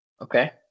Okay